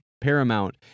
paramount